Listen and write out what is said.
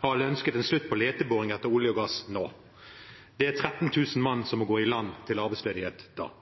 alle ønsket en slutt på leteboring etter olje og gass nå. Det er 13 000 mann som må i gå land til arbeidsledighet da. Miljøpartiet